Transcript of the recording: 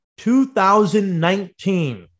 2019